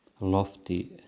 lofty